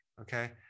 okay